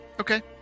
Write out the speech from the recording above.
okay